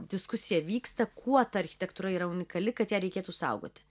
diskusija vyksta kuo ta architektūra yra unikali kad ją reikėtų saugoti